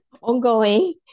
Ongoing